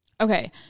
okay